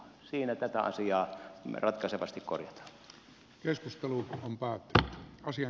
siinä tätä asiaa ratkaisevasti korjataan